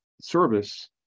service